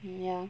ya